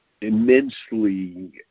immensely